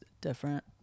different